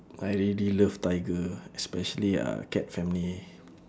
I really love tiger especially uh cat family